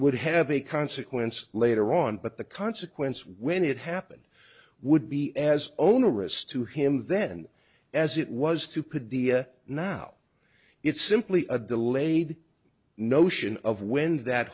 would have a consequence later on but the consequence when it happened would be as onerous to him then as it was stupid dia now it's simply a delayed notion of when that